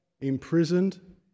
imprisoned